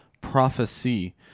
prophecy